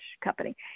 company